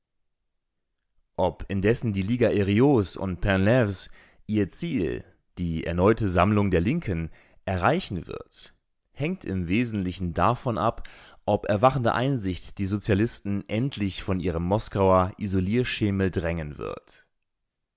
ob indessen die liga herriots und painleves ihr ziel die erneute sammlung der linken erreichen wird hängt im wesentlichen davon ab ob erwachende einsicht die sozialisten endlich von ihrem moskauer isolierschemel drängen wird